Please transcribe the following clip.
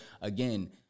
again